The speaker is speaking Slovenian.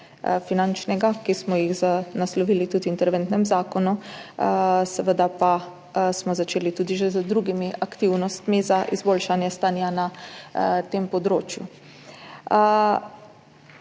finančnega vidika, ki smo jih naslovili tudi v interventnem zakonu, seveda pa smo začeli tudi že z drugimi aktivnostmi za izboljšanje stanja na tem področju.